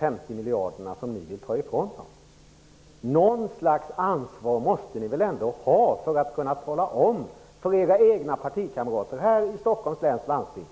att ni vill ta ifrån dem 50 miljarder, Per Unckel? Något slags ansvar måste ni väl ändå ha för att tala om det för era egna partikamrater här i Stockholms läns landsting.